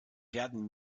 werden